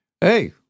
Hey